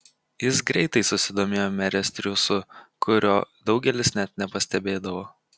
jis greitai susidomėjo merės triūsu kurio daugelis net nepastebėdavo